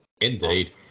Indeed